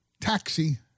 taxi